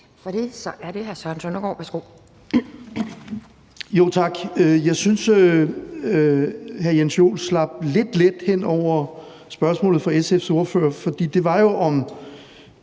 Jeg synes, at hr. Jens Joel gik lidt let hen over spørgsmålet fra SF's ordfører, for det var, om